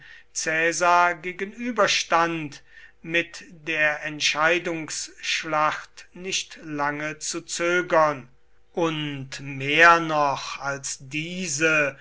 caesar gegenüberstand mit der entscheidungsschlacht nicht lange zu zögern und mehr wohl noch als diese